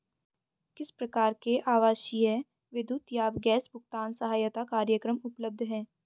किस प्रकार के आवासीय विद्युत या गैस भुगतान सहायता कार्यक्रम उपलब्ध हैं?